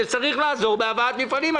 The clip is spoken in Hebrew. שצריך לעזור בהבאת מפעלים,